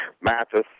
Mathis